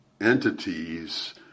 entities